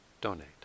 donate